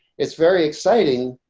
it's very exciting.